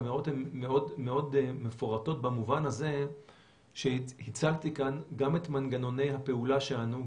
האמירות מאוד מפורטות במובן הזה שהצגתי כאן גם את מנגנוני הפעולה שלנו,